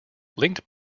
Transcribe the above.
linked